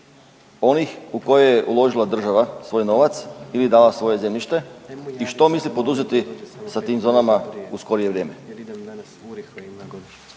onih u koje je uložila država svoj novac ili dala svoje zemljište i što misli poduzeti sa tim u skorije vrijeme.